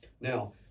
Now